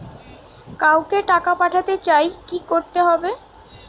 কাউকে টাকা পাঠাতে চাই কি করতে হবে?